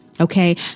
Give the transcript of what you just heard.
Okay